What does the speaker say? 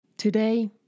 Today